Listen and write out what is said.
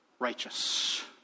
Righteous